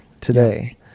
today